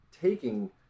taking